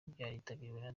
byaritabiriwe